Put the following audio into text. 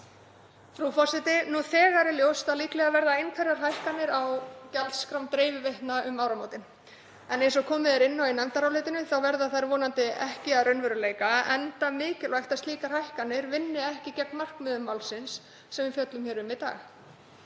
Frú forseti. Nú þegar er ljóst að líklega verða einhverjar hækkanir á gjaldskrám dreifiveitna um áramótin en eins og komið er inn á í nefndarálitinu verða þær vonandi ekki að raunveruleika enda mikilvægt að slíkar hækkanir vinni ekki gegn markmiðum málsins sem við fjöllum um í dag.